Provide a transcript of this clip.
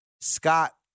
Scott